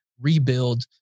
rebuild